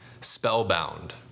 spellbound